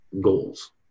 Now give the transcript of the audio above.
goals